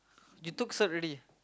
you took cert already